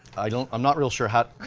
i'm not real sure how.